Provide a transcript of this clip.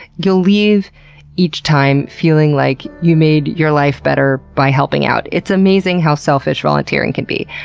you'll leave each time feeling like you made your life better by helping out. it's amazing how selfish volunteering can be.